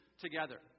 together